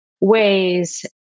ways